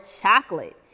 chocolate